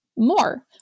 more